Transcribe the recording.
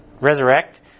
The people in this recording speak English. resurrect